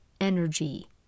energy